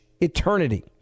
eternity